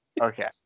Okay